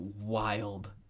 wild